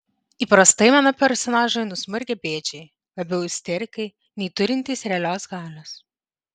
įprastai mano personažai nusmurgę bėdžiai labiau isterikai nei turintys realios galios